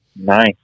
Nice